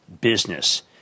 business